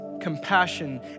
compassion